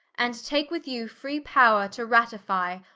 and take with you free power, to ratifie,